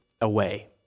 away